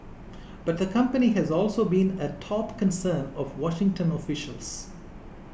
but the company has also been a top concern of Washington officials